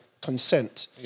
consent